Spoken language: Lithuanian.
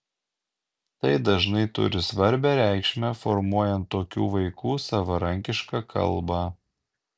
tai dažnai turi svarbią reikšmę formuojant tokių vaikų savarankišką kalbą